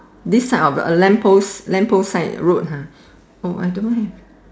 this side of the lamp post lamp post side road I don't know him